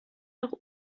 auch